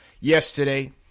yesterday